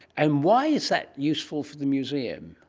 and why is that useful for the museum?